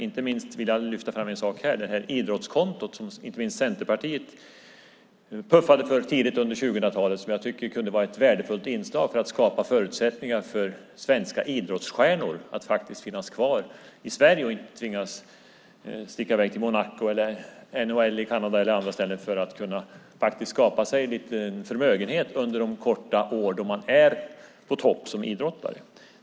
Jag vill lyfta fram det idrottskonto som inte minst Centerpartiet puffade för tidigt under 2000-talet och som jag tycker kunde vara ett värdefullt inslag för att skapa förutsättningar för svenska idrottsstjärnor att faktiskt finnas kvar i Sverige så att de inte tvingas sticka i väg till Monaco, NHL i Canada eller andra ställen för att kunna skapa sig en liten förmögenhet under de få år som de är på topp som idrottare.